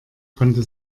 konnte